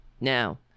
Now